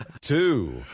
Two